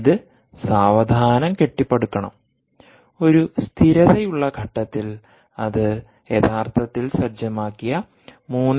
ഇത് സാവധാനം കെട്ടിപ്പടുക്കണം ഒരു സ്ഥിരതയുള്ള ഘട്ടത്തിൽ അത് യഥാർത്ഥത്തിൽ സജ്ജമാക്കിയ 3